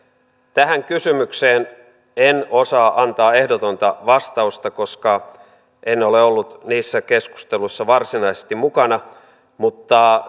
tähän kysymykseen en osaa antaa ehdotonta vastausta koska en ole ollut niissä keskusteluissa varsinaisesti mukana mutta